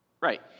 Right